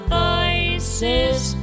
voices